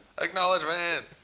Acknowledgement